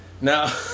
Now